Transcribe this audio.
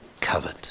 covered